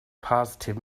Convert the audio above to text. positive